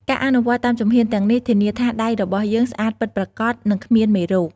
ការអនុវត្តតាមជំហានទាំងនេះ ធានាថាដៃរបស់យើងស្អាតពិតប្រាកដ និងគ្មានមេរោគ។